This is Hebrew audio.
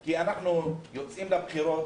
כי אנחנו יוצאים לבחירות.